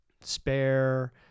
spare